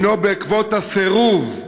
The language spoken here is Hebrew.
הינו בעקבות הסירוב,